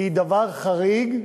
היא דבר חריג,